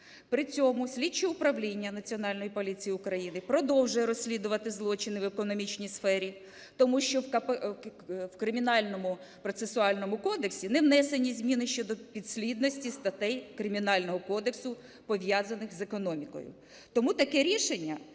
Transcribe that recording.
При цьому слідче управління Національної поліції України продовжує розслідувати злочини в економічній сфері, тому що в Кримінальному процесуальному кодексі не внесені зміни щодо підслідності статей Кримінального кодексу, пов'язаних з економікою. Тому таке рішення